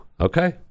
okay